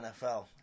NFL